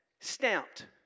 Stamped